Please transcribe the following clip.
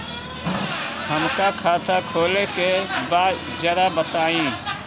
हमका खाता खोले के बा जरा बताई?